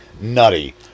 nutty